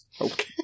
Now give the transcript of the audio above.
Okay